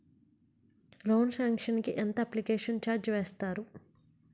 Loan sanction కి ఎంత application charge వేస్తారు?